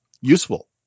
useful